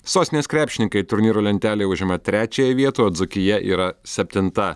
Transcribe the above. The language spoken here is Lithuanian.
sostinės krepšininkai turnyro lentelėje užima trečiąją vietą o dzūkija yra septinta